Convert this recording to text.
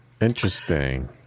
interesting